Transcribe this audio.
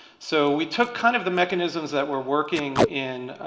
so we took kind of the mechanisms that were working in